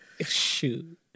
Shoot